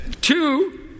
Two